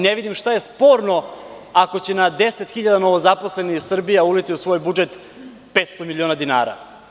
Ne vidim šta je sporno ako će na 10.000 novozaposlenih Srbija uliti u svoj budžet 500 miliona dinara.